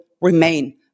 remain